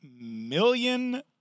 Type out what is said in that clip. million